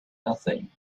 nothing